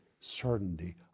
certainty